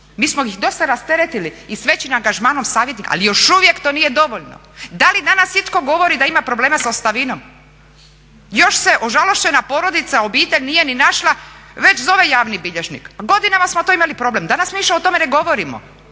Mi smo ih dosta rasteretili i s većim angažmanom …, ali još uvijek to nije dovoljno. Da li danas itko govori da ima problema s ostavinom? Još se ožalošćena porodica, obitelj nije ni našla, već zove javni bilježnik. Godinama smo to imali problem, danas više o tome ne govorimo.